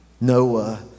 Noah